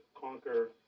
conquer